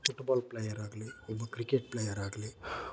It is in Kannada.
ಪುಟ್ಬಾಲ್ ಪ್ಲೇಯರಾಗಲಿ ಒಬ್ಬ ಕ್ರಿಕೆಟ್ ಪ್ಲೇಯರಾಗಲಿ